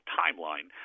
timeline